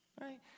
right